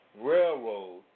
railroad